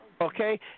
Okay